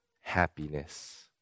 happiness